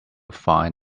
find